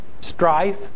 strife